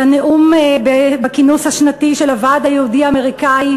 בנאום בכינוס השנתי של הוועד היהודי-אמריקני,